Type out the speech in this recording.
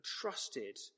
trusted